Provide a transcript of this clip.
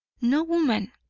no woman,